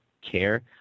care